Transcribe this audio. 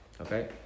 Okay